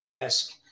desk